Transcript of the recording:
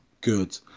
Good